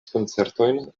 koncertojn